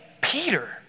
Peter